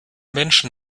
menschen